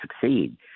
succeed